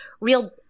real